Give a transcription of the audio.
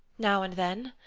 now and then.